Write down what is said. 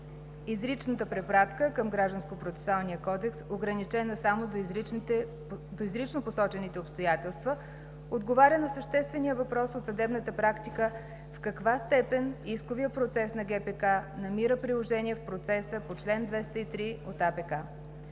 Изричната препратка към Гражданскопроцесуалния кодекс, ограничена само до изрично посочените обстоятелства, отговаря на съществения въпрос от съдебната практика в каква степен исковият процес на Гражданскопроцесуалния кодекс